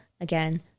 Again